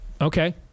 okay